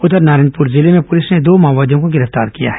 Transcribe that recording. उधर नारायणपुर जिले में पुलिस को दो माओवादियों के गिरफ्तार किया है